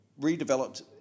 redeveloped